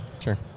Sure